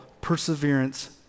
perseverance